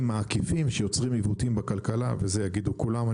העקיפים שיוצרים עיוותים בכלכלה וזה יגידו כולם,